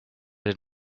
did